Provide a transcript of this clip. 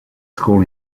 school